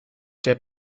der